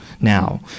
now